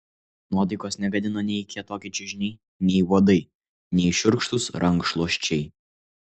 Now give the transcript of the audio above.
nuotaikos negadino nei kietoki čiužiniai nei uodai nei šiurkštūs rankšluosčiai